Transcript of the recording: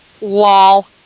lol